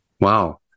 Wow